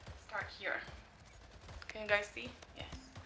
start here can you guys see? yes.